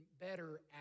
better